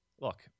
look